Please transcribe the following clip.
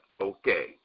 okay